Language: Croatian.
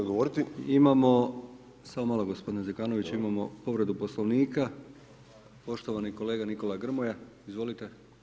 Zahvaljujem [[Upadica Zekanović: Smijem li odgovoriti?]] Imamo, samo malo gospodine Zekanović imamo povredu Poslovnika, poštovani kolega Nikola Grmoja, izvolite.